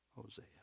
Hosea